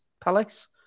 palace